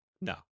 No